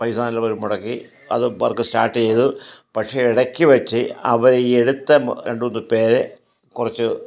പൈസ നല്ല പോലെ മുടക്കി അത് വർക്ക് സ്റ്റാർട്ട് ചെയ്തു പക്ഷേ ഇടക്ക് വെച്ച് അവർ എടുത്ത രണ്ട് മൂന്ന് പേരെ കുറച്ച്